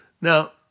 Now